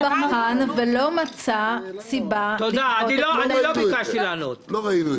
שר הביטחון בחן ולא מצא סיבה לדחות את --- לא ראינו את זה.